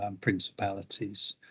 principalities